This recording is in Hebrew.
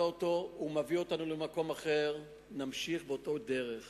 והוא מביא אותנו למקום אחר, נמשיך באותה דרך